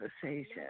conversation